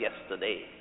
yesterday